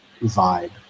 vibe